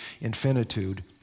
infinitude